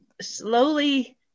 slowly